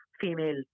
female